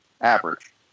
average